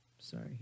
Sorry